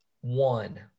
One